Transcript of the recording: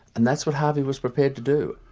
and that's what harvey was prepared to do.